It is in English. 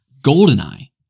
Goldeneye